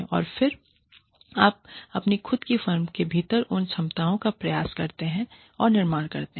और फिर आप अपनी खुद की फर्म के भीतर उन क्षमताओं का प्रयास करते हैं और निर्माण करते हैं